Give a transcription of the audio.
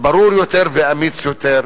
ברור יותר ואמיץ יותר.